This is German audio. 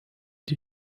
die